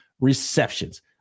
receptions